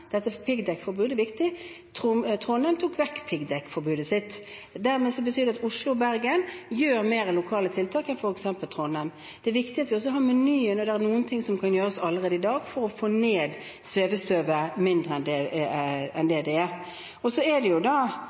Piggdekkforbud er viktig. Trondheim tok vekk piggdekkforbudet sitt. Det betyr dermed at Oslo og Bergen treffer flere lokale tiltak enn f.eks. Trondheim. Det er viktig at vi også har på menyen at noe kan gjøres allerede i dag for å få ned mengden av svevestøv. Så er det